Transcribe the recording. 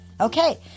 Okay